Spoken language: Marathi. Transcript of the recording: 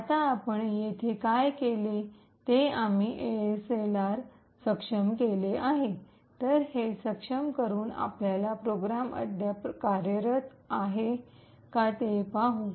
आता आपण येथे काय केले ते आम्ही एएसएलआर सक्षम केले आहे तर हे सक्षम करून आपण प्रोग्राम अद्याप कार्यरत आहे का ते पाहू